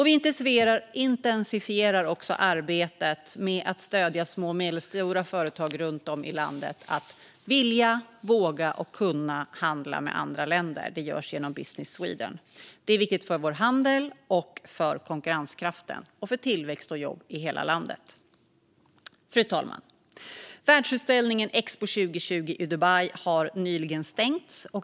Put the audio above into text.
Vi intensifierar arbetet med att stödja små och medelstora företag runt om i landet i att vilja, våga och kunna handla med andra länder. Det görs genom Business Sweden. Det är viktigt för vår handel, för konkurrenskraften och för tillväxt och jobb i hela landet. Fru talman! Världsutställningen Expo 2020 i Dubai har nyligen stängt.